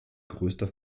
größter